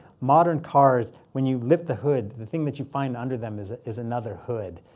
modern cars, when you lift the hood, the thing that you find under them is ah is another hood.